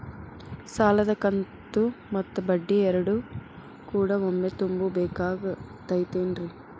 ಸಾಲದ ಕಂತು ಮತ್ತ ಬಡ್ಡಿ ಎರಡು ಕೂಡ ಒಮ್ಮೆ ತುಂಬ ಬೇಕಾಗ್ ತೈತೇನ್ರಿ?